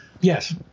Yes